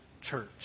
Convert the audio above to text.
church